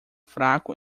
fraco